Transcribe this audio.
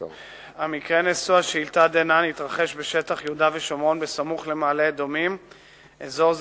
חבר הכנסת נסים זאב שאל את שר הרווחה